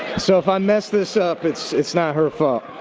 so if i mess this up, it's it's not her fault.